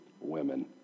Women